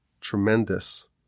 tremendous